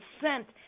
sent